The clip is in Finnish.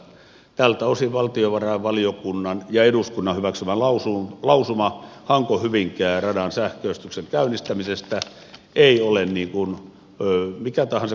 tältä osin valtiovarainvaliokunnan ja eduskunnan hyväksymä lausuma hankohyvinkää radan sähköistyksen käynnistämisestä ei ole mikä tahansa kannanotto